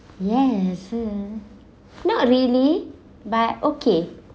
yes not really buy okay